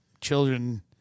children